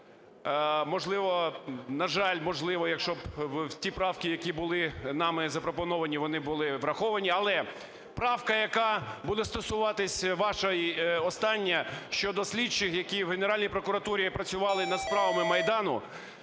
Можливо, на жаль, можливо, якщо ті правки, які були нами запропоновані, вони були враховані. Але правка, яка буде стосуватись, ваша остання щодо слідчих, які в Генеральній прокуратурі працювали над справами Майдану,